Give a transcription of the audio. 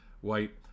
White